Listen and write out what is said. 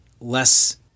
less